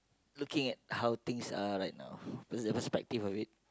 looking at how things are right now the perspective of it